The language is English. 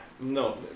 No